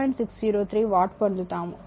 603 watt పొందుతాము